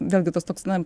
vėlgi tas toks na